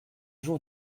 jour